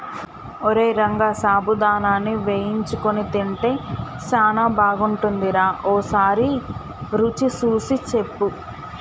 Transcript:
ఓరై రంగ సాబుదానాని వేయించుకొని తింటే సానా బాగుంటుందిరా ఓసారి రుచి సూసి సెప్పు